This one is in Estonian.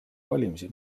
valimisi